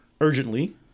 urgently